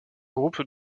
groupe